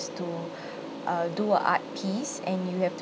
to uh do a art piece and you have to